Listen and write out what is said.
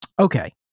Okay